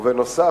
ובנוסף,